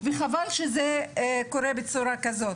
וחבל שזה קורה בצורה כזאת.